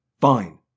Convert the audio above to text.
Fine